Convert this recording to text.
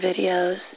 videos